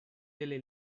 delle